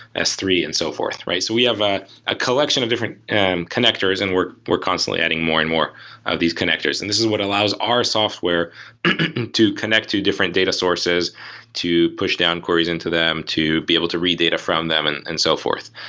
s three and so forth. we have a a collection of different connectors and we're we're constantly adding more and more of these connectors, and this is what allows our software to connect to different data sources to push down queries into them, to be able to read data from them and and so forth.